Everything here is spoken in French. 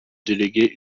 déléguer